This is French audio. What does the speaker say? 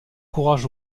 courage